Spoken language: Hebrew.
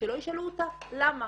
שלא ישאלו אותה למה.